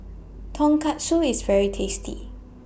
Tonkatsu IS very tasty